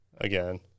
Again